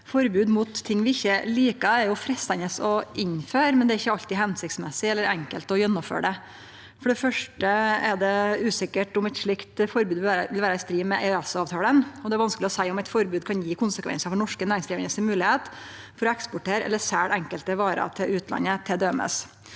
Forbod mot ting vi ikkje likar, er jo freistande å innføre, men det er ikkje alltid hensiktsmessig eller enkelt å gjennomføre. For det første er det usikkert om eit slikt forbod vil vere i strid med EØS-avtalen, og det er vanskeleg å seie om eit forbod kan gje konsekvensar for norsk næringsliv si moglegheit til å eksportere eller selje enkelte varer til utlandet, t.d.